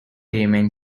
remained